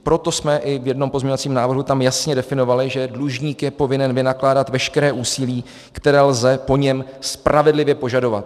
Proto jsme i v jednom pozměňovacím návrhu jasně definovali, že dlužník je povinen vynakládat veškeré úsilí, které lze po něm spravedlivě požadovat.